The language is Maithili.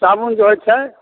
साबुन जे होइ छै